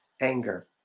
anger